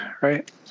right